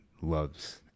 loves